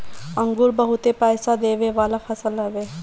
अंगूर बहुते पईसा देवे वाला फसल हवे